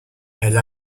elle